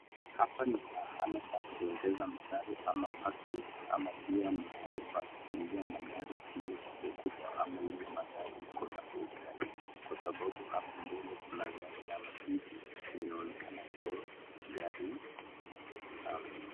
Hapa ni mahala pa kuegeza magari, ama packing , ama pia mahali pa kuuzia magari ile kubwa kubwa ama ile magari iko na bei kali kwasababu hapo mbele kuna gari ya Mercedes inaonekana kuwa gari ya bei kali sana.